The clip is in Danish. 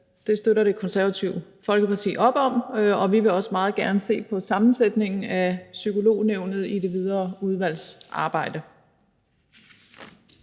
det støtter Det Konservative Folkeparti op om, og vi vil også meget gerne se på sammensætningen af Psykolognævnet i det videre udvalgsarbejde.